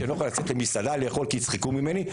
שאני לא יכולה לצאת למסעדה לאכול כי יצחקו ממני?